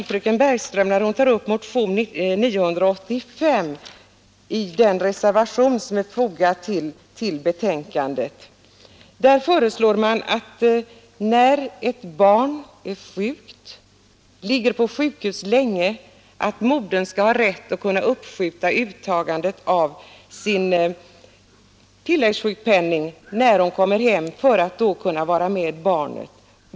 Fröken Bergström talar för motionen 985, som tas upp i den vid betänkandet fogade reservationen. Där föreslås att när ett barn är sjukt och ligger länge på sjukhus skall modern ha rätt att uppskjuta uttagandet av sin tilläggssjukpenning för att kunna vara med barnet.